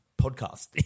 podcast